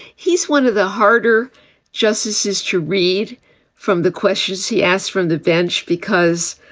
he's one of the harder justices to read from the questions he asks from the bench, because